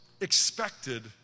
expected